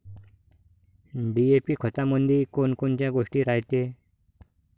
DAP खतामंदी कोनकोनच्या गोष्टी रायते?